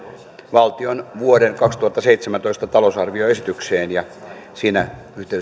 valtion vuoden kaksituhattaseitsemäntoista talousarvioesitykseen ja tulee siinä